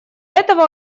этого